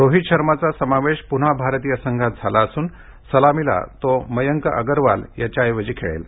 रोहित शर्माचा समावेश पुन्हा भारतीय संघात झाला असून सलामीला तो मयंक अगरवाल याच्या ऐवजी खेळेल